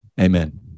Amen